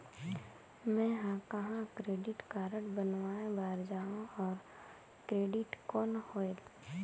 मैं ह कहाँ क्रेडिट कारड बनवाय बार जाओ? और क्रेडिट कौन होएल??